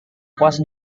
pos